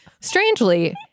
strangely